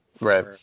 Right